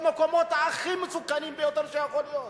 במקומות הכי מסוכנים שיכולים להיות.